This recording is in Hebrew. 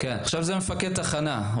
זה מפקד תחנה.